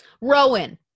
Rowan